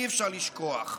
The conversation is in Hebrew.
אי-אפשר לשכוח,